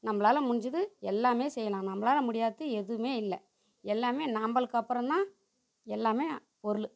நம்மளால முடிஞ்சது எல்லாம் செய்யலாம் நம்மளால் முடியாதது எதுவும் இல்லை எல்லாம் நம்மளுக்கு அப்புறம் தான் எல்லாம் பொருள்